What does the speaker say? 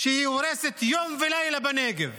שהיא הורסת יום ולילה בנגב,